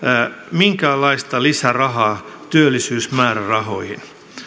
minkäänlaista lisärahaa työllisyysmäärärahoihin